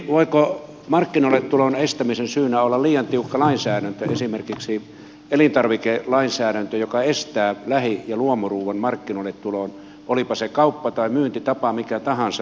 voiko markkinoille tulon estämisen syynä olla liian tiukka lainsäädäntö esimerkiksi elintarvikelainsäädäntö joka estää lähi ja luomuruuan markkinoille tulon olipa se kauppa tai myyntitapa mikä tahansa